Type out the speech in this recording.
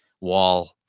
wall